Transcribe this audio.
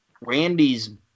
Randy's